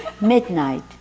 midnight